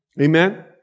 Amen